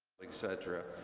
like cetera?